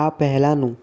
આ પહેલાંનું